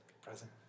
present